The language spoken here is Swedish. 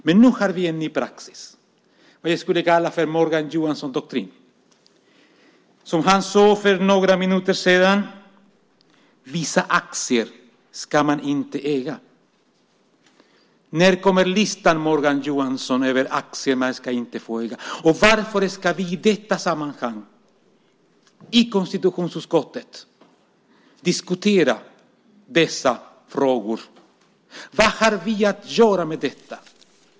Men nu har vi en ny praxis som jag skulle vilja kalla för Morgan-Johansson-doktrinen. Som han sade för några minuter sedan: Vissa aktier ska man inte äga. När kommer listan, Morgan Johansson, över aktier man inte ska få äga? Och varför ska vi i detta sammanhang, i konstitutionsutskottet, diskutera dessa frågor? Vad har vi att göra med detta?